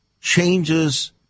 changes